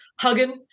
hugging